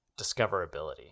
discoverability